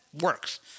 works